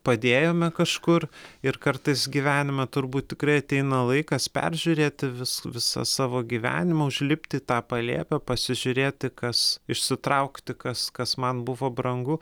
padėjome kažkur ir kartais gyvenime turbūt tikrai ateina laikas peržiūrėti vis visą savo gyvenimą užlipti į tą palėpę pasižiūrėti kas išsitraukti kas kas man buvo brangu